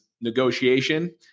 negotiation